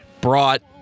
brought